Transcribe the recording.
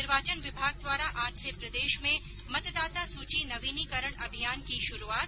निर्वाचन विभाग द्वारा आज से प्रदेश में मतदाता सूची नवीनीकरण अभियान की शुरूआत